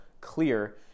clear